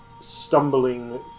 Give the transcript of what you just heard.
stumbling